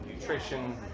nutrition